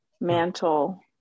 mantle